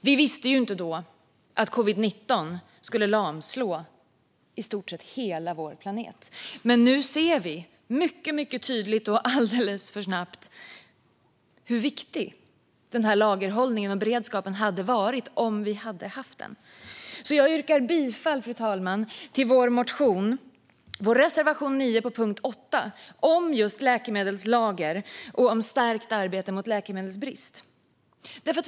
Vi visste inte då att covid-19 skulle lamslå i stort sett hela vår planet, men nu ser vi mycket tydligt och alldeles för snabbt hur viktig denna lagerhållning och beredskap hade varit om vi hade haft den. Jag yrkar bifall, fru talman, till vår reservation 9 under punkt 8 om just läkemedelslager och om stärkt arbete mot läkemedelsbrist.